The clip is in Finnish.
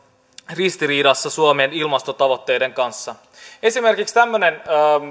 ristiriidassa suomen ilmastotavoitteiden kanssa esimerkiksi tämmöinen